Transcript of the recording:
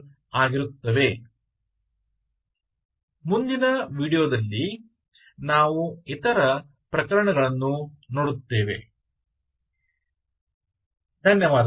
अगले वीडियो में अन्य मामलों को देखेंगे